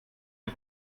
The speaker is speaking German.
ein